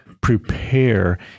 Prepare